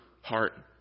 heart